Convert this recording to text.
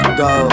go